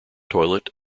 toilet